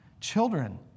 children